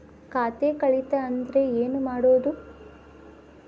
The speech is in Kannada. ಖಾತೆ ಕಳಿತ ಅಂದ್ರೆ ಏನು ಮಾಡೋದು?